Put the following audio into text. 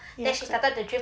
ya correct